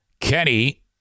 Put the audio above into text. Kenny